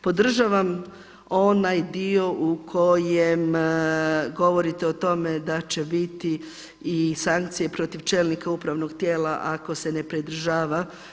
Podržavam onaj dio u kojem govorite o tome da će biti i sankcije protiv čelnika upravnog tijela ako se ne pridržava.